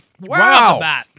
Wow